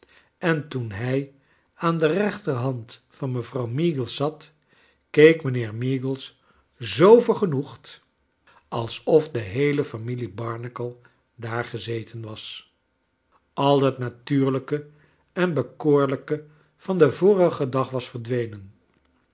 en toen hij aan de rechter hand van mevrouw meagles zat keek mijnheer meagles zoo vergenoegd alsof de heele familie barnacle daar gezeten was al het natuurlijke en bekoorlijke van den vorigen dag was verdwenen